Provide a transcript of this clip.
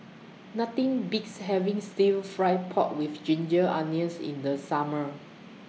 Nothing Beats having Stir Fried Pork with Ginger Onions in The Summer